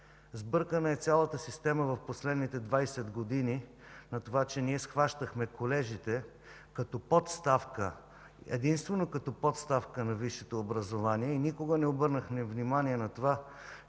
Сбъркана е цялата система в последните двадесет години за това, че ние схващахме колежите като подставка, единствено като подставка на висшето образование и никога не обърнахме внимание на това,